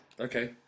Okay